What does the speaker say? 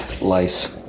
Lice